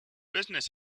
business